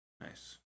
Nice